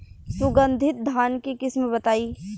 सुगंधित धान के किस्म बताई?